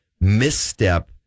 misstep